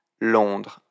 londres